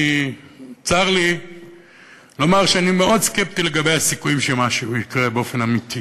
צר לי לומר שאני מאוד סקפטי לגבי הסיכויים שמשהו יקרה באופן אמיתי